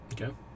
Okay